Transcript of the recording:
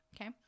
Okay